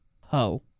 ho